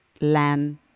land